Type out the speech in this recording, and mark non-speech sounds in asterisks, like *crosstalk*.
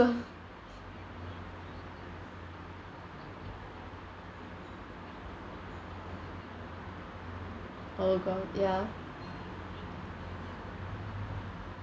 *laughs* oh god ya